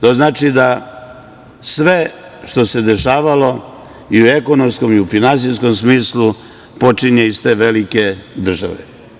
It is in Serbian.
To znači da sve što se dešavalo i u ekonomskom i u finansijskom smislu počinje iz te velike države.